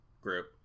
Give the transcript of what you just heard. group